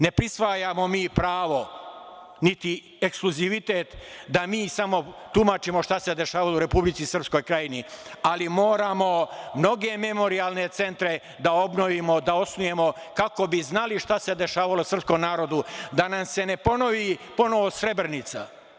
Ne prisvajamo mi pravo ni ekskluzivitet da mi samo tumačimo šta se dešavalo u Republici Srpskoj Krajini, ali moramo mnoge memorijalne centre da obnovimo, da osnujemo kako bi znali šta se dešavalo srpskom narodu, da nam se ne ponovi ponovo Srebrenica.